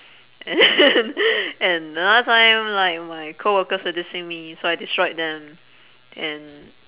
and and another time like my coworkers were dissing me so I destroyed them and